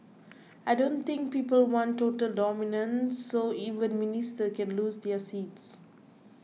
I don't think people want total dominance so even ministers can lose their seats